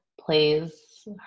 plays